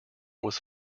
was